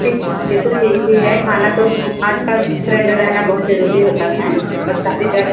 ठीक यह तो ठीक ही है खाना तो आजकल सिलेण्डर रहना बहुत ज़रूरी होता है और शादी का